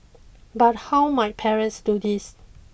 but how might parents do this